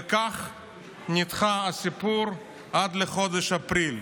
וכך נדחה הסיפור עד לחודש אפריל.